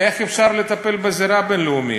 איך אפשר לטפל בזירה הבין-לאומית?